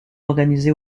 organisé